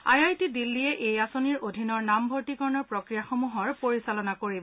I I T দিল্লীয়ে এই আঁচনিৰ অধীনৰ নামভৰ্তিকৰণৰ প্ৰক্ৰিয়াসমূহৰ পৰিচালনা কৰিছে